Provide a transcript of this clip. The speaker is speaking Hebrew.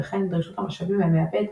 וכך דרישות המשאבים מהמעבד,